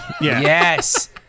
Yes